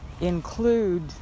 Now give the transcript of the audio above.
include